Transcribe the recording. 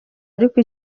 ariko